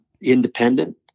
independent